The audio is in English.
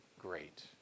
great